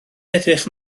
edrych